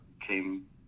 came